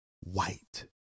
white